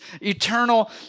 eternal